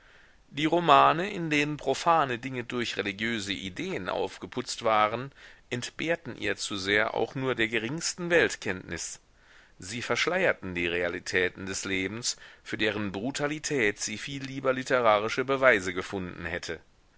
die romane in denen profane dinge durch religiöse ideen aufgeputzt waren entbehrten ihr zu sehr auch nur der geringsten weltkenntnis sie verschleierten die realitäten des lebens für deren brutalität sie viel lieber literarische beweise gefunden hätte